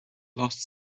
lost